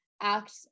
act